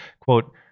quote